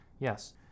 Yes